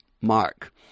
Mark